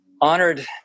honored